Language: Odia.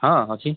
ହଁ ଅଛି